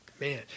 man